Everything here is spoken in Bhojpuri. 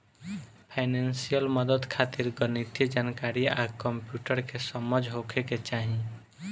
फाइनेंसियल मदद खातिर गणितीय जानकारी आ कंप्यूटर के समझ होखे के चाही